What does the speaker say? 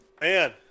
man